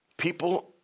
People